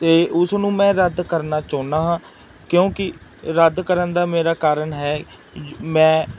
ਅਤੇ ਉਸ ਨੂੰ ਮੈਂ ਰੱਦ ਕਰਨਾ ਚਾਹੁੰਦਾ ਹਾਂ ਕਿਉਂਕਿ ਰੱਦ ਕਰਨ ਦਾ ਮੇਰਾ ਕਾਰਨ ਹੈ ਮੈਂ